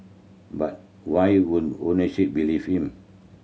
but why wouldn't owners believe him